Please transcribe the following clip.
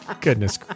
Goodness